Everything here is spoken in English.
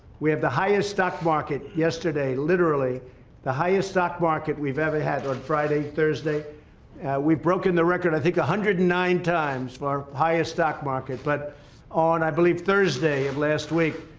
we have the highest stock market yesterday literally the highest stock market we've ever had on friday thursday we've broken the record i think one hundred and nine times for highest stock market but on i believe thursday of last week,